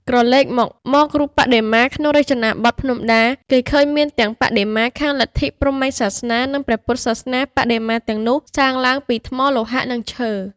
ក្រឡេកមករូបបដិមាក្នុងរចនាបថភ្នំដា គេឃើញមានទាំងបដិមាខាង លទ្ធិព្រហ្មញ្ញសាសនា និង ព្រះពុទ្ធសាសនា បដិមាទាំងនោះសាងឡើងពី ថ្ម លោហៈ និងឈើ។